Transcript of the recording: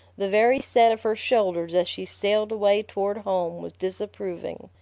the very set of her shoulders as she sailed away toward home was disapproving.